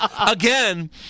Again